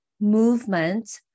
movement